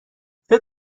فکر